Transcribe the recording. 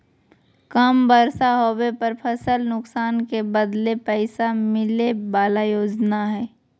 कम बर्षा होबे पर फसल नुकसान के बदले पैसा मिले बला योजना हइ